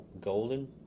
Golden